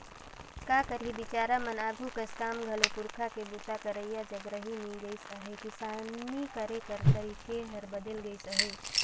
का करही बिचारा मन आघु कस काम घलो पूरखा के बूता करइया जग रहि नी गइस अहे, किसानी करे कर तरीके हर बदेल गइस अहे